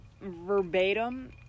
verbatim